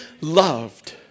loved